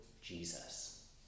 jesus